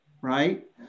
right